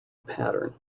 pattern